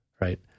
right